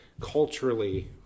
culturally